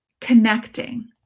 connecting